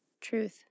Truth